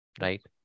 right